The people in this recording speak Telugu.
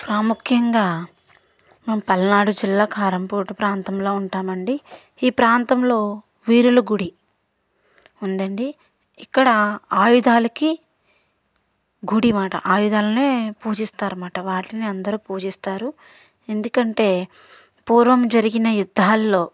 ప్రాముఖ్యంగా మేము పల్నాడు జిల్లా కారంపోటు ప్రాంతంలో ఉంటామండీ ఈ ప్రాంతంలో వీరుల గుడి ఉందండీ ఇక్కడ ఆయుధాలకి గుడిమాట ఆయుధాలనే పూజిస్తారు అనమాట వాటిని అందరూ పూజిస్తారు ఎందుకంటే పూర్వం జరిగిన యుద్దాల్లో